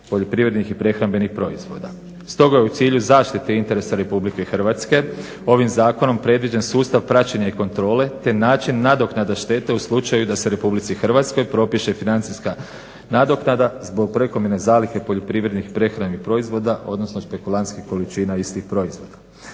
poljoprivrednih i prehrambenih proizvoda. Stoga je u cilju zaštite interesa RH ovim zakonom predviđen sustav praćenja i kontrole te način nadoknade štete u slučaju da se RH propiše financijska nadoknada zbog prekomjerne zalihe poljoprivrednih i prehrambenih proizvoda, odnosno špekulantskih količina istih proizvoda.